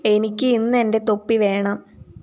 എനിക്ക് ഇന്ന് എന്റെ തൊപ്പി വേണം